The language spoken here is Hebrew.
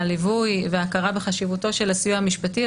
הליווי והכרה בחשיבותו של הסיוע המשפטי.